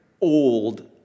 old